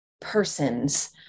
persons